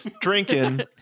drinking